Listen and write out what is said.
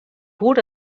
pur